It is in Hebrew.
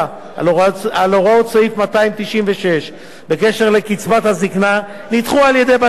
הוראות סעיף 296 בקשר לקצבת הזקנה נדחו על-ידי בתי-הדין,